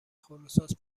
خودروساز